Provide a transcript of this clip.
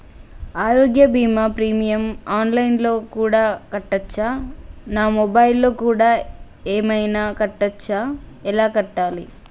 ఆరోగ్య బీమా premium online లో కూడా కట్టచ్చా? నా మొబైల్లో కూడా ఏమైనా కట్టొచ్చా? ఎలా కట్టాలి?